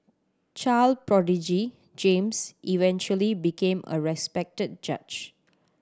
child prodigy James eventually became a respected judge